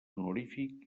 honorífic